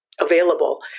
Available